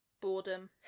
Boredom